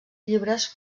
llibres